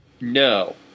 No